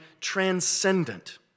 transcendent